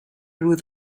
through